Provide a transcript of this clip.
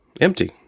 Empty